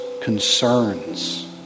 concerns